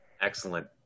Excellent